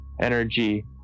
energy